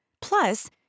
Plus